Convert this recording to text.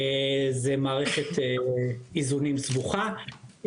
זו מערכת איזונים סבוכה.